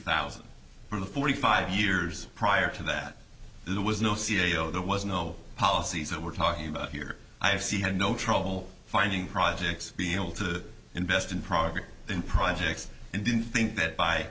thousand for the forty five years prior to that there was no c e o there was no policies and we're talking about here i've see had no trouble finding projects being able to invest in progress in projects and didn't think that by